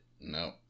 No